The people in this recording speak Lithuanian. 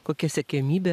kokia siekiamybė